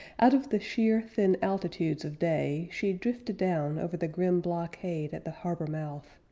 out of the sheer thin altitudes of day she drifted down over the grim blockade at the harbor mouth,